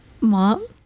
Mom